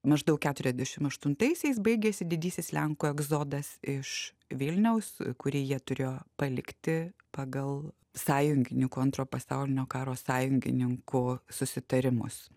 maždaug keturiasdešim aštuntaisiais baigėsi didysis lenkų egzodas iš vilniaus kurį jie turėjo palikti pagal sąjungininkų antro pasaulinio karo sąjungininkų susitarimus